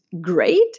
great